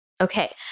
Okay